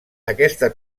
aquesta